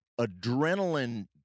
adrenaline